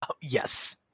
Yes